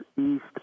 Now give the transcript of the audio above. east